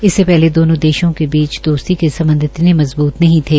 इससे पहले दोनों देशों के बीच दोस्ती के सम्बध इतने मजबूत नही थे